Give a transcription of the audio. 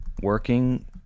working